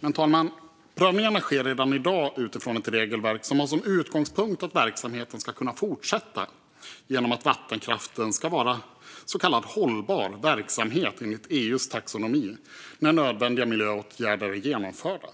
Men, fru talman, prövningarna sker redan i dag utifrån ett regelverk som har som utgångspunkt att verksamheten ska kunna fortsätta genom att vattenkraften ska vara så kallad hållbar verksamhet enligt EU:s taxonomi när nödvändiga miljöåtgärder är genomförda.